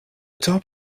top